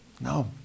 No